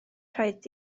rhaid